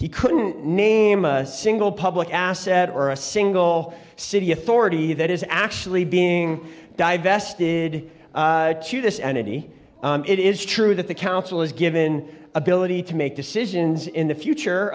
he couldn't name a single public asset or a single city authority that is actually being divested to this entity it is true that the council is given ability to make decisions in the future